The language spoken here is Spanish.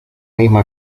mismo